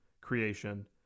creation